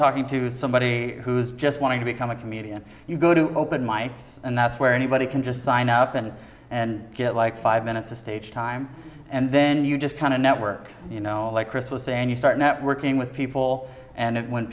talking to somebody who's just wanting to become a comedian and you go to open my eyes and that's where anybody can just sign up and get like five minutes of stage time and then you just kind of network you know like chris was saying you start networking with people and when